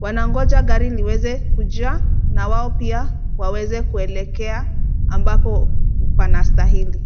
Wanangoja gari liweze kujaa na wao pia waweze kuelekea ambapo panastahili.